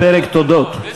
לפרק תודות.